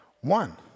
one